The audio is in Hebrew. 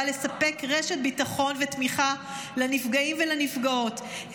לספק רשת ביטחון ותמיכה לנפגעים ולנפגעות,